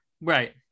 right